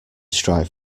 strive